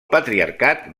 patriarcat